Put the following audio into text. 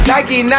Nike